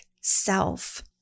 self